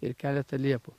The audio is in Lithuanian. ir keleta liepų